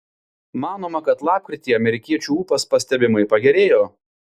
manoma kad lapkritį amerikiečių ūpas pastebimai pagerėjo